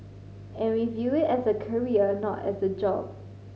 and we view it as a career not as a job